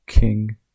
King